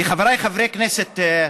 וחבריי חברי הכנסת,